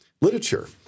literature